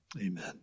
amen